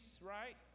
right